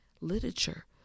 literature